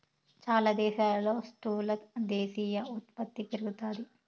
చాలా దేశాల్లో స్థూల దేశీయ ఉత్పత్తి పెరుగుతాది